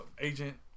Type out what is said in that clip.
agent